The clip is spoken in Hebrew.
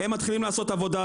הם מתחילים לעשות עבודה,